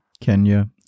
Kenya